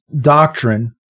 doctrine